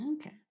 okay